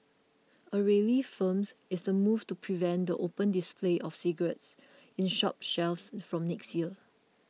already firm is the move to prevent the open display of cigarettes in shop shelves from next year